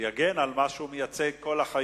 מיסיונרית